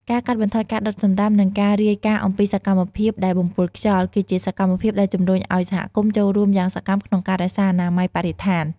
ការកាត់បន្ថយការដុតសំរាម និងការរាយការណ៍អំពីសកម្មភាពដែលបំពុលខ្យល់ គឺជាសកម្មភាពដែលជំរុញឱ្យសហគមន៍ចូលរួមយ៉ាងសកម្មក្នុងការរក្សាអនាម័យបរិស្ថាន។